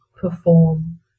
perform